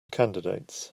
candidates